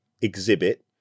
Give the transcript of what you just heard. exhibit